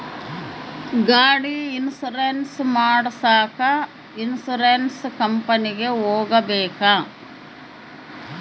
ಗಾಡಿ ಇನ್ಸುರೆನ್ಸ್ ಮಾಡಸಾಕ ಇನ್ಸುರೆನ್ಸ್ ಕಂಪನಿಗೆ ಹೋಗಬೇಕಾ?